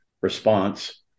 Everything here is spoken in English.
response